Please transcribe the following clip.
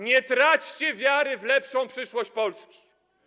Nie traćcie wiary w lepszą przyszłość Polski.